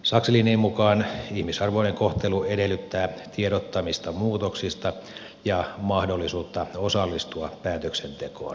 sakslinin mukaan ihmisarvoinen kohtelu edellyttää tiedottamista muutoksista ja mahdollisuutta osallistua päätöksentekoon